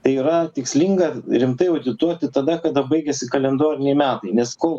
tai yra tikslinga rimtai audituoti tada kada baigiasi kalendoriniai metai nes kol